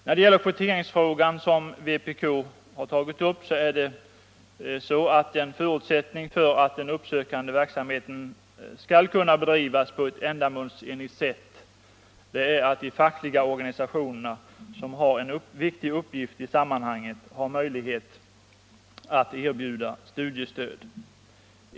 När det gäller kvoteringsfrågan, som vpk tagit upp, vill jag säga att en förutsättning för att den uppsökande verksamheten skall kunna bedrivas på ett ändamålsenligt sätt är att de fackliga organisationerna, som har en viktig uppgift i sammanhanget, har möjlighet att erbjuda studiestöd.